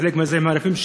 אצל חלק מהאזרחים הערבים.